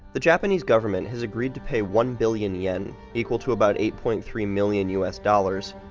the japanese government has agreed to pay one billion yen, equal to about eight point three million u s. dollars,